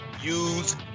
use